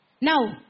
Now